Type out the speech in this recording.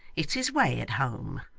it's his way at home.